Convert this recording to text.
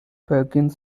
perkins